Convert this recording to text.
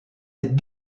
les